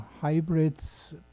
hybrids